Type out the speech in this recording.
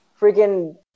freaking